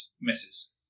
misses